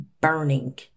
burning